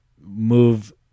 move